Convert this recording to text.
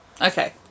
Okay